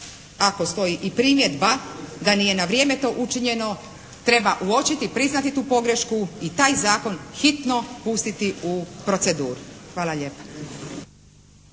ako stoji i primjedba da nije na vrijeme to učinjeno treba uočiti, priznati tu pogrešku i taj zakon hitno postiti u proceduru. Hvala lijepa.